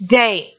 day